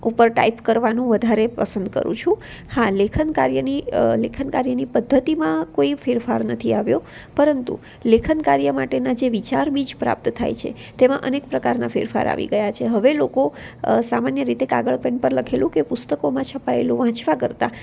ઉપર ટાઈપ કરવાનું વધારે પસંદ કરું છું હા લેખન કાર્યની લેખનકાર્યની પદ્ધતિમાં કોઈ ફેરફાર નથી આવ્યો પરંતુ લેખન કાર્ય માટેના જે વિચાર બીજ પ્રાપ્ત થાય છે તેમાં અનેક પ્રકારના ફેરફાર આવી ગયા છે હવે લોકો સામાન્ય રીતે કાગળ પેન પર લખેલું કે પુસ્તકોમાં છપાએલું વાંચવા કરતાં